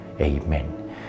Amen